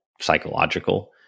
psychological